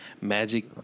magic